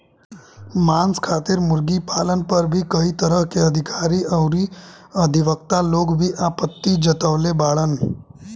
मांस खातिर मुर्गी पालन पर भी कई तरह के अधिकारी अउरी अधिवक्ता लोग भी आपत्ति जतवले बाड़न